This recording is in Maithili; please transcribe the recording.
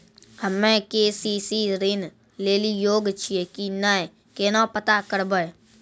हम्मे के.सी.सी ऋण लेली योग्य छियै की नैय केना पता करबै?